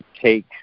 take